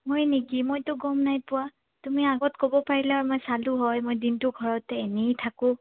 হয় নেকি মইতো গম নাই পোৱা তুমি আগত ক'ব পাৰিলা মই চালো হয় মই দিনটো ঘৰতে এনেই থাকোঁ